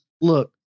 look